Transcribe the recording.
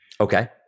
Okay